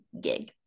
gig